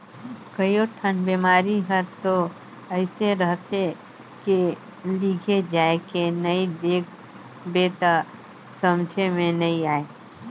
कयोठन बिमारी हर तो अइसे रहथे के लिघे जायके नई देख बे त समझे मे नई आये